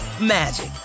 magic